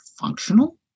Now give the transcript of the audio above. functional